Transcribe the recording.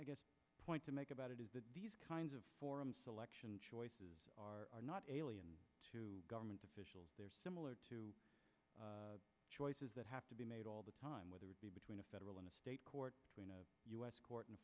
second point to make about it is that these kinds of forums selection choices are not alien to government officials they're similar to choices that have to be made all the time whether it be between a federal and a state court when a u s court in a